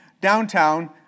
downtown